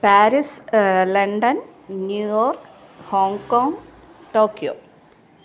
Paris London New York Hong Kong Tokyo